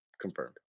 confirmed